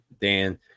Dan